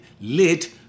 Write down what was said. lit